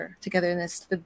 togetherness